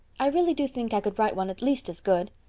i really do think i could write one at least as good.